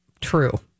true